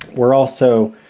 we are also